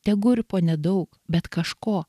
tegu ir po nedaug bet kažko